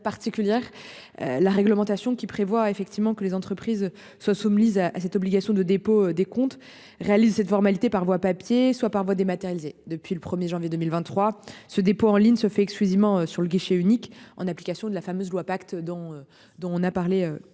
La réglementation qui prévoit effectivement que les entreprises soient soumises à cette obligation de dépôt des comptes réalise cette formalité par voie papier soit par voie dématérialisée depuis le 1er janvier 2023. Ce dépôt en ligne se fait exclusivement sur le guichet unique en application de la fameuse loi pacte dont dont on a parlé il